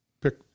pick